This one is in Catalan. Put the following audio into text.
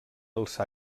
els